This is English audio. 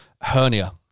hernia